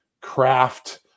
craft